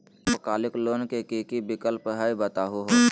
अल्पकालिक लोन के कि कि विक्लप हई बताहु हो?